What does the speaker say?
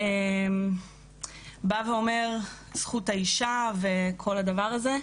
אומר זכות האישה וכל הדבר הזה,